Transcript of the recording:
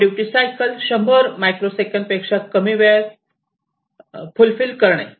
low duty cycle 100 micro second पेक्षा कमी वेळेत फुल्फिल करणे